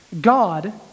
God